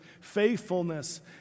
faithfulness